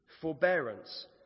forbearance